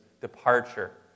departure